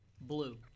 blue